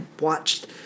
watched